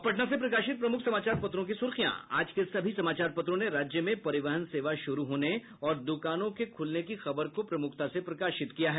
अब पटना से प्रकाशित प्रमुख समाचार पत्रों की सुर्खियां आज के सभी समाचार पत्रों ने राज्य में परिवहन सेवा शुरू होने और दुकानों के खुलने की खबर को प्रमुखता से प्रकाशित किया है